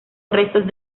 restos